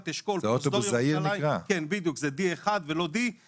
לקחת אשכול כמו פרוזדור ירושלים --- זה נקרא אוטובוס זעיר?